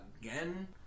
again